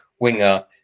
Winger